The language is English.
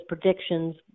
predictions